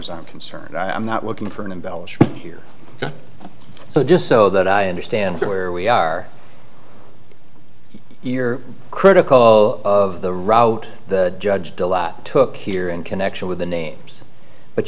as i'm concerned i'm not looking for an embellishment here so just so that i understand where we are you're critical of the route the judge took here in connection with the names but